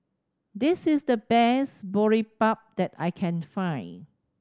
this is the best Boribap that I can find